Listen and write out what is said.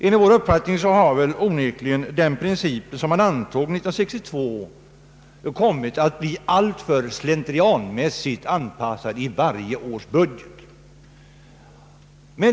Enligt vår uppfattning har onekligen den princip som antogs år 1962 kommit att anpassas alltför slentrianmässigt i varje års budget.